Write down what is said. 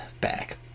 back